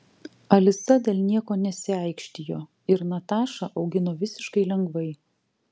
alisa dėl nieko nesiaikštijo ir natašą augino visiškai lengvai